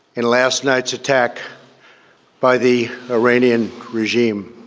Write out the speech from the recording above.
in last night's attack by the iranian regime.